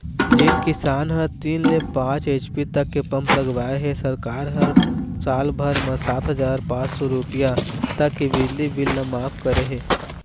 जेन किसान ह तीन ले पाँच एच.पी तक के पंप लगवाए हे सरकार ह साल भर म सात हजार पाँच सौ रूपिया तक के बिजली बिल ल मांफ करे हे